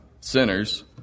sinners